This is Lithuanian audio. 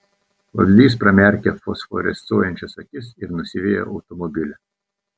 vabzdys pramerkia fosforescuojančias akis ir nusiveja automobilį